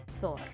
Thor